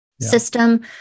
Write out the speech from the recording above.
System